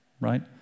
right